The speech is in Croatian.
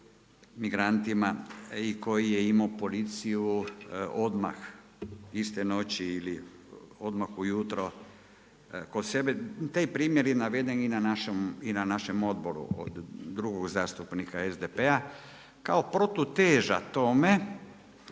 migrantima i koji je imao policiju odmah iste noći ili odmah ujutro kod sebe. Taj primjer je naveden i na našem odboru od drugog zastupnika SDP-a. Kao protuteža tome